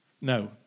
No